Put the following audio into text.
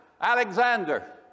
Alexander